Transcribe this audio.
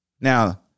Now